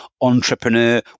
entrepreneur